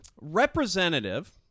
representative